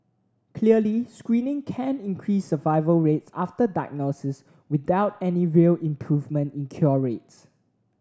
clearly screening can increase survival rates after diagnosis without any real improvement in cure rates